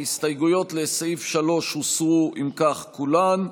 שהסתייגויות לסעיף 3 הוסרו כולן,